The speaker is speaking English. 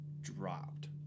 dropped